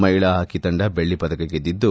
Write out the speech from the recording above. ಮಹಿಳಾ ಹಾಕಿ ತಂಡ ಬೆಳ್ಳಿ ಪದಕ ಗೆದ್ದಿದ್ದು